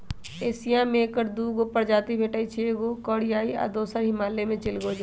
Asia में ऐकर दू गो प्रजाति भेटछइ एगो कोरियाई आ दोसर हिमालय में चिलगोजा